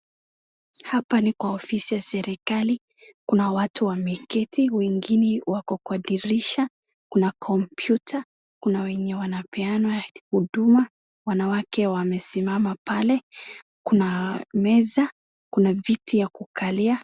Hapa ni kwa ofisi ya serikali. Kuna watu wameketi, wengine wako kwa dirisha. Kuna computer . Kuna wenye wanapeana huduma. Wanawake wamesimama pale. Kuna meza. Kuna viti ya kukalia.